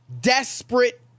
desperate